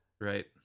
Right